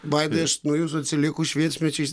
vaidai aš nuo jūsų atsilieku šviesmečiais